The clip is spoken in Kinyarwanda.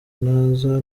naza